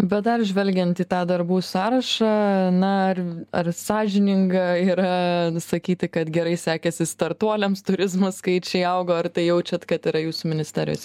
bet dar žvelgiant į tą darbų sąrašą na ar ar sąžininga yra sakyti kad gerai sekėsi startuoliams turizmo skaičiai augo ar tai jaučiat kad yra jūsų ministerijos